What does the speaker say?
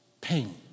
pain